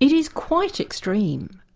it is quite extreme.